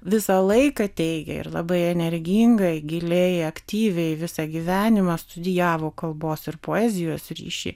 visą laiką teigė ir labai energingai giliai aktyviai visą gyvenimą studijavo kalbos ir poezijos ryšį